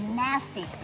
nasty